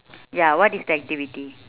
ya what is the activity